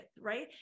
right